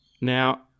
Now